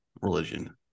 religion